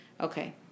Okay